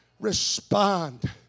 Respond